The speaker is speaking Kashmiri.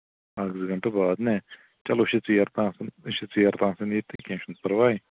اکھ زٕ گنٹہٕ بعد نہ چلو أسۍ چھِ ژیر تام آسان أسۍ چھِ ژیر تام آسان ییٚتہِ تہٕ کیٚنٛہہ چھُنہٕ پرواے